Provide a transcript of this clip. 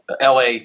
LA